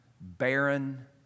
barren